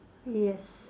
yes